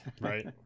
right